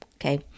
okay